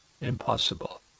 impossible